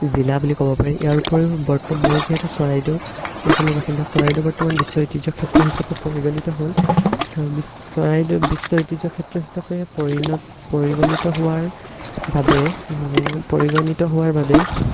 জিলা বুলি ক'ব পাৰি ইয়াৰ উপৰিও বৰ্তমান মই যিহেতু চৰাইদেউ অঞ্চলৰ বাসিন্দা চৰাইদেউ বৰ্তমান বিশ্ব ঐতিহ্য ক্ষেত্ৰ হিচাপে পৰিগণিত হ'ল চৰাইদেউ বিশ্ব ঐতিহ্য ক্ষেত্ৰ হিচাপে পৰিণত পৰিগণিত হোৱাৰ বাবে পৰিগণিত হোৱাৰ বাবে